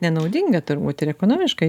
nenaudinga turbūt ir ekonomiškai